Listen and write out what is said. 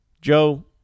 Joe